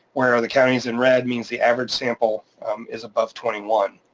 where are the counties in red means the average sample is above twenty one,